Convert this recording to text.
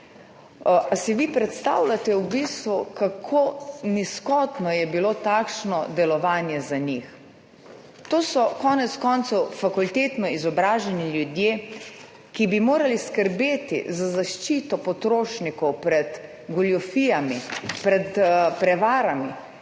Ali si vi predstavljate, kako nizkotno je bilo takšno delovanje za njih? To so konec koncev fakultetno izobraženi ljudje, ki bi morali skrbeti za zaščito potrošnikov pred goljufijami, pred prevarami,